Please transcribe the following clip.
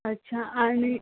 अच्छा आणि